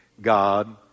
God